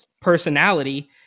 personality